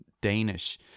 Danish